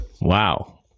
Wow